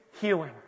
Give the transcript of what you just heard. healing